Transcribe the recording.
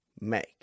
make